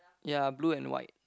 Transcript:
ya blue and white